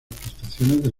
prestaciones